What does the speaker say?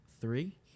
three